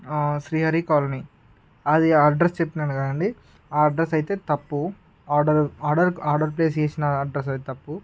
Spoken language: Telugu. శ్రీహరి కాలనీ అది అడ్రస్ చెప్పినాను కదా అండి ఆ అడ్రస్ అయితే తప్పు ఆర్డర్ ఆర్డర్ ఆర్డర్ ప్లేస్ చేసిన అడ్రస్ అయితే తప్పు